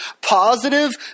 positive